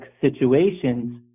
situations